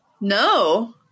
No